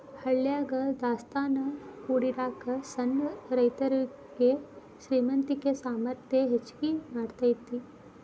ಹಳ್ಯಾಗ ದಾಸ್ತಾನಾ ಕೂಡಿಡಾಗ ಸಣ್ಣ ರೈತರುಗೆ ಶ್ರೇಮಂತಿಕೆ ಸಾಮರ್ಥ್ಯ ಹೆಚ್ಗಿ ಮಾಡತೈತಿ